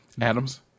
Adams